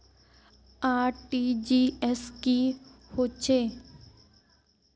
RTGS की होचए?